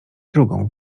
drugą